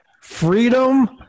freedom